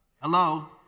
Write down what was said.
Hello